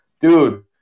dude